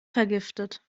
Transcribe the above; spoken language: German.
vergiftet